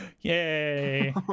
yay